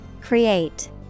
Create